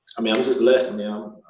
i mean i'm just blessed now.